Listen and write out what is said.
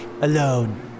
alone